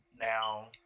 now